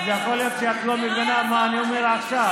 יכול להיות שאת לא מבינה מה אני אומר עכשיו,